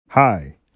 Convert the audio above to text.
Hi